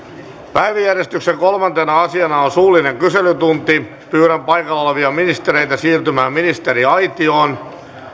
päiväjärjestyksen kolmantena asiana on suullinen kyselytunti pyydän paikalla olevia ministereitä siirtymään ministeriaitioon